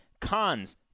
cons